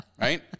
right